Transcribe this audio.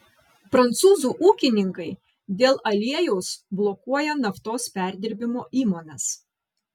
prancūzų ūkininkai dėl aliejaus blokuoja naftos perdirbimo įmones